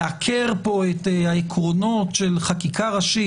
לעקר את העקרונות של חקיקה ראשית,